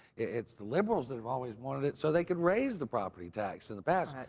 it's the liberals that have always wanted it so they could raise the property tax in the past.